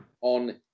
on